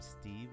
Steve